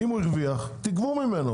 אם הוא הרוויח תגבו ממנו.